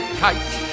kite